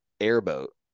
airboat